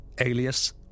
alias